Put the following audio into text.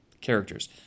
characters